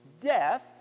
death